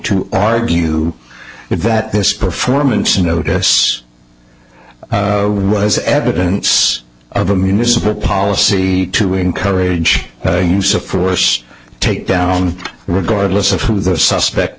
to argue that this performance notice it was evidence of a municipal policy to encourage the use of force take down regardless of who the suspect